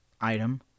item